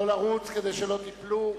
לא לרוץ כדי שלא תיפלו.